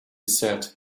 said